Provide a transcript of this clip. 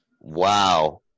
Wow